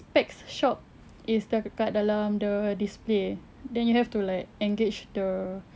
specs shop is dekat dalam the display then you have to like engage the